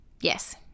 yes